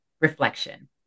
reflection